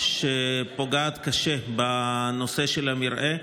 שפוגעת קשה בנושא של המרעה.